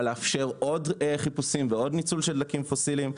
לאפשר עוד חיפושים ועוד ניצול של דלקים פוסיליים.